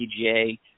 PGA